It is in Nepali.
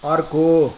अर्को